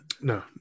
no